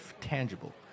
tangible